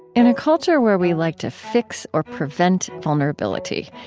in a culture where we like to fix or prevent vulnerability,